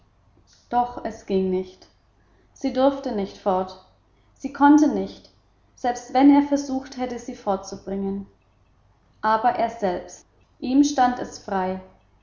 doch es ging nicht sie durfte nicht fort sie konnte nicht selbst wenn er versucht hätte sie fortzubringen aber er selbst ihm stand es frei